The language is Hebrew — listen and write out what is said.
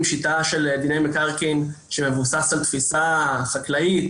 שיטה של דמי מקרקעין שמבוססת על תפיסה חקלאית,